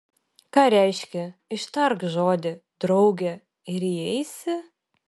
ką reiškia ištark žodį drauge ir įeisi